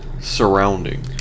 Surrounding